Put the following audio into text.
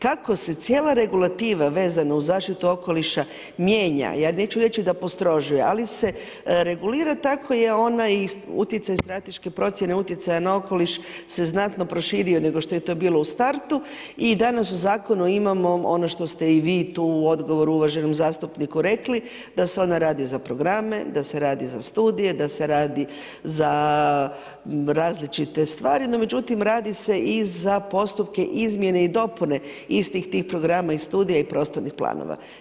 Kako se cijela regulativa vezana uz zaštitu okoliša mijenja, ja neću reći da postrožuje, ali se regulira tako je onaj utjecaj strateške procjene utjecaja na okoliš se znatno proširio nego što je to bilo u startu i danas u zakonu imamo ono što ste i vi tu u odgovoru uvaženom zastupniku rekli, da se ona radi za programe, da se radi za studije, da se radi za različite stvari, no međutim radi se i za postupke izmjene i dopune istih tih programa i studija i prostornih planova.